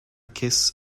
kiss